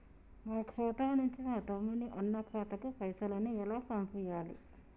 మా ఖాతా నుంచి మా తమ్ముని, అన్న ఖాతాకు పైసలను ఎలా పంపియ్యాలి?